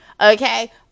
okay